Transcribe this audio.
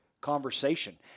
conversation